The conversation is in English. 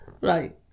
right